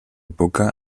poca